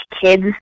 Kids